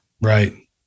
Right